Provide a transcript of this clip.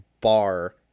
bar